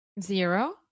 Zero